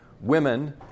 women